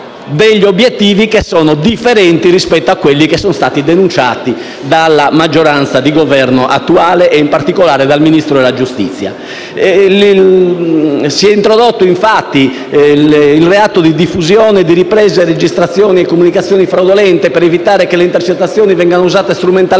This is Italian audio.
e ha obiettivi differenti da quelli denunciati dall'attuale maggioranza di Governo ed in particolare dal Ministro della giustizia. Si è introdotto infatti il reato di diffusione, di ripresa e registrazione di comunicazioni fraudolente per evitare che le intercettazioni vengano usate strumentalmente